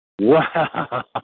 Wow